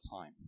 time